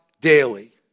daily